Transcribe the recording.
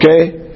Okay